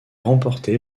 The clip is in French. remportée